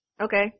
Okay